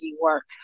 work